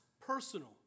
personal